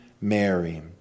Mary